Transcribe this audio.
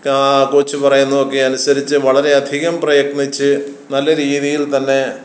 coach പറയുന്നതൊക്കെ അനുസരിച്ച് വളരെയധികം പ്രയത്നിച്ച് നല്ല രീതിയിൽത്തന്നെ